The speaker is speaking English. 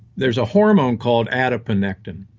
there is a hormone called adiponectin.